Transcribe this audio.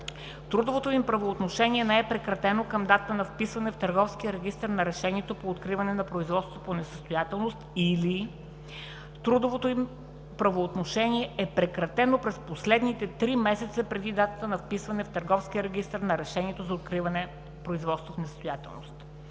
трудовото им правоотношение не е прекратено към датата на вписване в Търговския регистър на решението по откриване на производство по несъстоятелност или трудовото им правоотношение е прекратено през последните три месеца преди датата на вписване в Търговския регистър на решението за откриване производство в несъстоятелност.